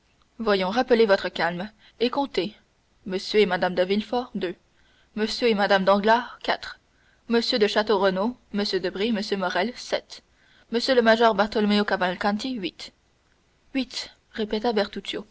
voyons rappelez votre calme et comptez m et mme de villefort deux m et mme danglars quatre m de château renaud m debray m morrel sept m le major bartolomeo cavalcanti